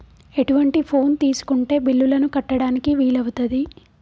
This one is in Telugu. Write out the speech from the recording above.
ఎటువంటి ఫోన్ తీసుకుంటే బిల్లులను కట్టడానికి వీలవుతది?